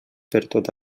pertot